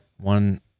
one